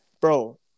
bro